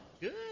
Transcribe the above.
Good